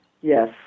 Yes